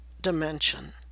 dimension